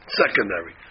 secondary